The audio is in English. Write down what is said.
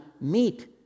meet